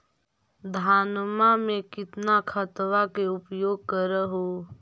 धानमा मे कितना खदबा के उपयोग कर हू?